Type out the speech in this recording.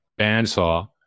bandsaw